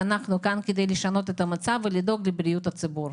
אנחנו כאן כדי לשנות את המצב ולדאוג לבריאות הציבור.